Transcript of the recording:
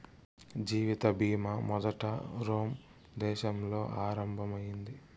జీవిత బీమా మొదట రోమ్ దేశంలో ఆరంభం అయింది